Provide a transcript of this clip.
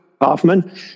Kaufman